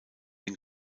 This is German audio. den